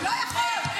לא הוא.